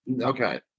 okay